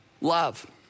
love